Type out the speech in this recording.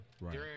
right